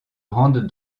rendent